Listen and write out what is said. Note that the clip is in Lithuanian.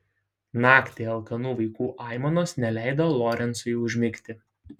naktį alkanų vaikų aimanos neleido lorencui užmigti